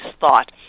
thought